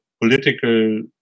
political